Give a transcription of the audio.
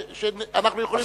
שאנחנו יכולים להתייחס.